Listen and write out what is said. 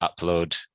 upload